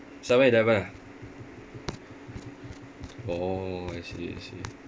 seven eleven ah oh I see I see